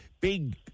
big